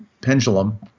pendulum